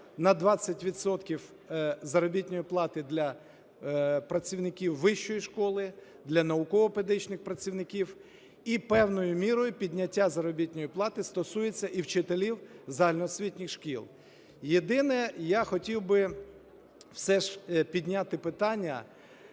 заробітної плати для працівників вищої школи, для науково-педагогічних працівників, і певною мірою підняття заробітної плати стосується і вчителів загальноосвітніх шкіл. Єдине, я хотів би все ж підняти питання: